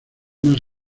más